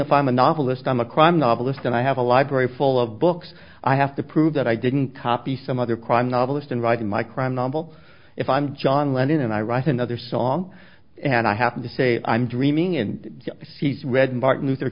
fireman novelist i'm a crime novelist and i have a library full of books i have to prove that i didn't copy some other crime novelist and writing my crime novel if i'm john lennon and i write another song and i have to say i'm dreaming and fees read martin luther